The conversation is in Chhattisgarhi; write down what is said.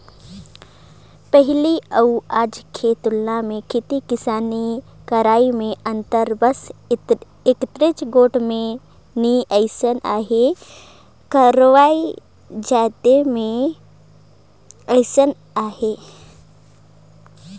पहिली अउ आज के तुलना मे खेती किसानी करई में अंतर बस एकेच गोट में नी अइस अहे कइयो जाएत में अइस अहे